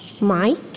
Mike